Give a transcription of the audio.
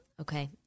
okay